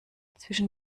zwischen